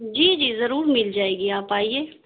جی جی ضرور مل جائے گی آپ آئیے